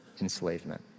enslavement